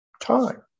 time